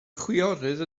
chwiorydd